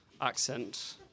accent